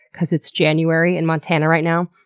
cause it's january in montana right now.